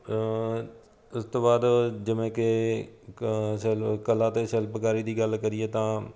ਉਸ ਤੋਂ ਬਾਅਦ ਜਿਵੇਂ ਕਿ ਕਲਾ ਅਤੇ ਸ਼ਿਲਪਕਾਰੀ ਦੀ ਗੱਲ ਕਰੀਏ ਤਾਂ